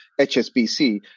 HSBC